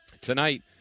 tonight